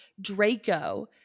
Draco